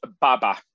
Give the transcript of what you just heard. Baba